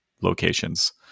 locations